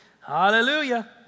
Hallelujah